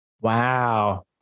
Wow